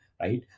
right